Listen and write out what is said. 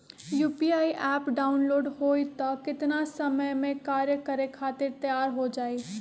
UPI app download होई त कितना समय मे कार्य करे खातीर तैयार हो जाई?